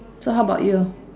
so how about you